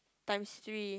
times three